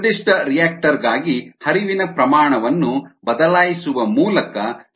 ನಿರ್ದಿಷ್ಟ ರಿಯಾಕ್ಟರ್ ಗಾಗಿ ಹರಿವಿನ ಪ್ರಮಾಣವನ್ನು ಬದಲಾಯಿಸುವ ಮೂಲಕ ನಿಯಂತ್ರಿಸಲಾಗಿದೆ